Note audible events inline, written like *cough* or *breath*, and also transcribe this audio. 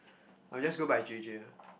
*breath* I'll just go by J_J ah